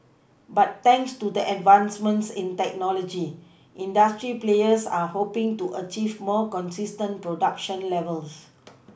but thanks to the advancements in technology industry players are hoPing to achieve more consistent production levels